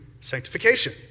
sanctification